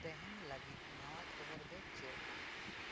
ᱛᱮᱦᱮᱧ ᱞᱟᱹᱜᱤᱫ ᱱᱟᱣᱟ ᱠᱷᱚᱵᱚᱨ ᱫᱚ ᱪᱮᱫ